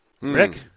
Rick